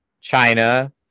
China